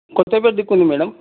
కొత్తపేట్ దిక్కు ఉంది మేడం